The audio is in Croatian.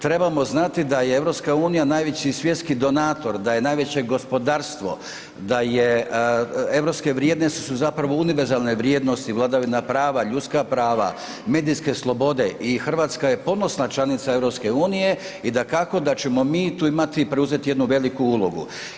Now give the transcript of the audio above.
Trebamo znati da je EU najveći svjetski donator, da je najveće gospodarstvo, da europske vrijednosti su zapravo univerzalne vrijednosti, vladavina prava, ljudska prava, medijske slobode i Hrvatska je ponosna članica EU-a i dakako da ćemo mi tu imati i preuzeti jednu veliku ulogu.